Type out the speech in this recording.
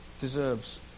Deserves